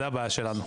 זאת הבעיה שלנו.